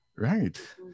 Right